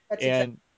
and-